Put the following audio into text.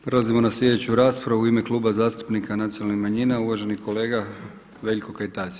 Prelazimo na sljedeću raspravu u ime Kluba zastupnika nacionalnih manjina, uvaženi kolega Veljko Kajtazi.